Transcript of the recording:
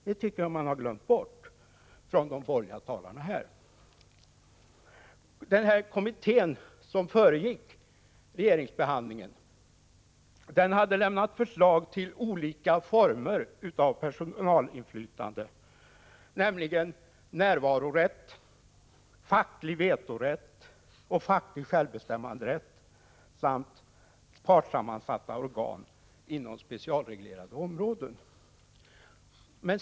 Det tycker jag de borgerliga talarna har glömt bort. Den kommitté som föregick regeringsbehandlingen hade lämnat förslag till olika former av personalinflytande, nämligen närvarorätt, facklig vetorätt och facklig självbestämmanderätt samt partssammansatta organ inom specialreglerade områden.